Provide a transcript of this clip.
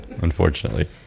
unfortunately